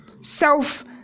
self